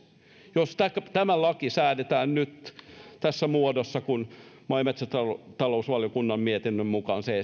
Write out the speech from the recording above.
jos tämä laki säädetään nyt tässä muodossa kuin maa ja metsätalousvaliokunnan mietinnön mukaan se